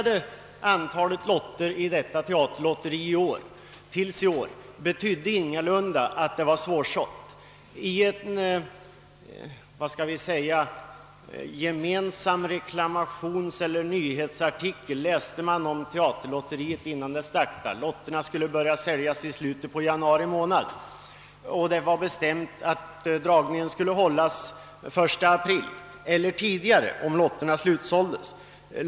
Denna ökning medförde ingalunda att det blev svårt att sälja slut på lotterna. När lotteriet presenterades i pressen meddelades, att lotterna skulle börja säljas i slutet av januari och att dragningen skulle äga rum den 1 april eller tidigare om lotterna dessförinnan hade slutsålts.